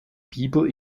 bibel